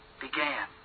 began